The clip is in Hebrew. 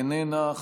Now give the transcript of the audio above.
איננה,